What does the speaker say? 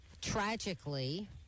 tragically